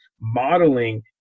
modeling